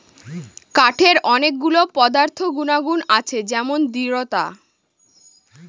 কাঠের অনেক গুলো পদার্থ গুনাগুন আছে যেমন দৃঢ়তা